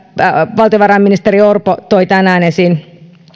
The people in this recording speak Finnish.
valtiovarainministeri orpo toi tänään esiin